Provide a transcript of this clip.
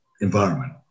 environment